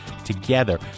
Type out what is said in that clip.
together